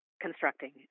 constructing